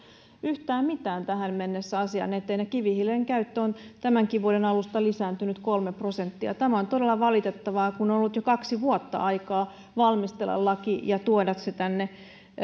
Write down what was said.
yhtään mitään tähän mennessä ja kivihiilen käyttö on tämänkin vuoden alusta lisääntynyt kolme prosenttia tämä on todella valitettavaa kun on ollut jo kaksi vuotta aikaa valmistella laki ja tuoda se tänne